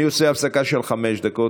אני עושה הפסקה של חמש דקות,